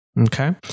okay